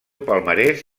palmarès